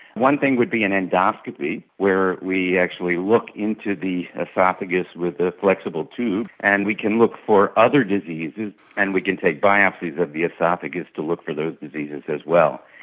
one thing would be an endoscopy where we actually look into the ah oesophagus with a flexible tube and we can look for other diseases and we can take biopsies of the oesophagus to look for those diseases as well.